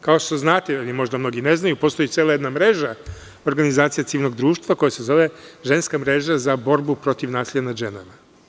Kao što znate, mnogi možda i ne znaju, postoji jedna cela mreža organizacija civilnog društva koja se zove – Ženska mreža za borbu protiv nasilja nad ženama.